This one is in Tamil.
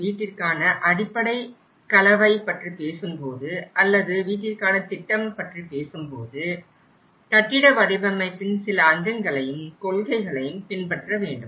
வீட்டிற்கான அடிப்படை கலவை பற்றி பேசும்போது அல்லது வீட்டிற்கான திட்டம் பற்றி பேசும்போது கட்டிட வடிவமைப்பின் சில அங்கங்களையும் கொள்கைகளையும் பின்பற்றவேண்டும்